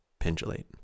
pendulate